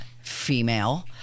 female